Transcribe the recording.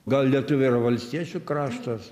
gal lietuviai yra valstiečių kraštas